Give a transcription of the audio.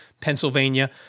Pennsylvania